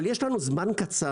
אבל יש לנו זמן קצר.